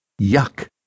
Yuck